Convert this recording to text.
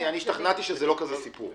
השתכנעתי שזה לא כזה סיפור.